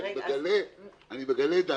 אני מגלה את דעתי,